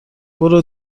برو